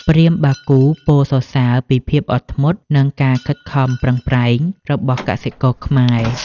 ព្រាហ្មណ៍បាគូពោលសរសើរពីភាពអត់ធ្មត់ និងការខិតខំប្រឹងប្រែងរបស់កសិករខ្មែរ។